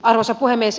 arvoisa puhemies